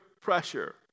pressure